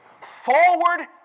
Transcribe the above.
Forward